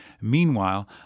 Meanwhile